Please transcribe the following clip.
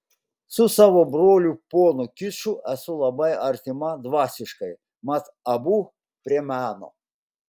su savo broliu ponu kiču esu labai artima dvasiškai mat abu prie meno